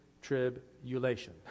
tribulation